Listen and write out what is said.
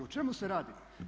O čemu se radi?